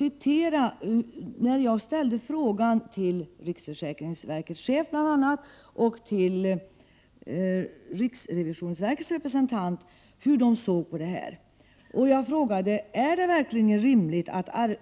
Vid frågestunden ställde jag frågan till riksförsäkringsverkets chef och riksrevisionsverkets representant: ”Är det rimligt,